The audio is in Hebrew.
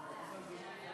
38 בעד, אין מתנגדים, אין